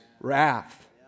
wrath